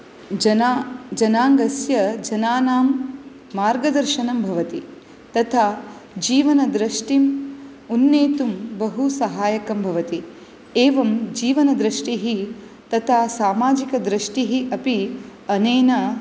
जना जनाङ्गस्य जनानां मार्गदर्शनं भवति तथा जीवनदृष्टिम् उन्नेतुं बहु सहायकं भवति एवं जीवनदृष्टिः तथा सामाजिकदृष्टिः अपि अनेन